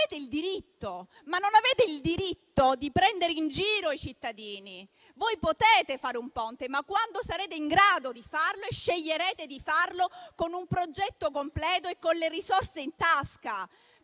il diritto, ma non avete il diritto di prendere in giro i cittadini. Voi potete fare un ponte, ma quando sarete in grado di farlo, scegliete di farlo con un progetto completo e con le risorse in tasca,